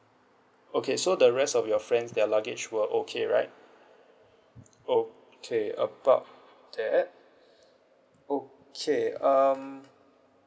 okay so the rest of your friends their luggage were okay right okay about that okay um